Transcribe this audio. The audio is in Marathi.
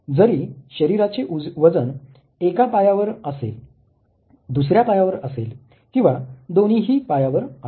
जरी शरीराचे वजन एका पायावर असेल दुसऱ्या पायावर असेल किंवा दोन्हीही पायावर असेल